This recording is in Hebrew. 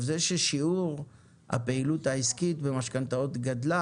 זה ששיעור הפעילות העיסקית במשכנתאות גדלה,